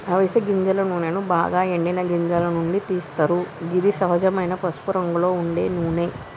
అవిస గింజల నూనెను బాగ ఎండిన గింజల నుండి తీస్తరు గిది సహజమైన పసుపురంగులో ఉండే నూనె